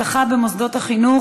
ברכה קטנה.